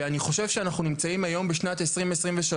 ואני חושב שאנחנו נמצאים היום בשנת 2023,